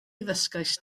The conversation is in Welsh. ddysgaist